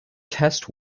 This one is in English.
test